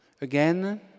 Again